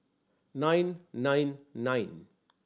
nine nine nine